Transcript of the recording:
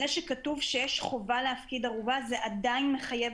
זה שכתוב שחובה להפקיד ערובה זה עדיין מחייב